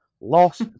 lost